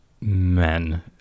men